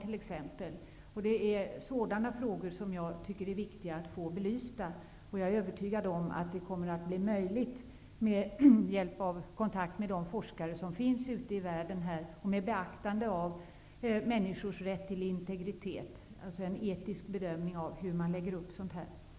Jag tycker att det är viktigt att få sådan här frågor belysta, och jag är övertygad om att det kommer att bli möjligt att beakta människors rätt till integritet, dvs. en etisk bedömning, med hjälp av de forskare som finns ute i världen.